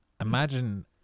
Imagine